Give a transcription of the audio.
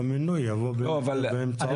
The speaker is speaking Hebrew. שהמינוי יבוא באמצעות הרשות, ברור.